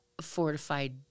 fortified